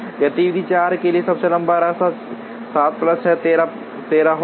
गतिविधि 4 के लिए सबसे लंबा रास्ता 7 प्लस 6 13 होगा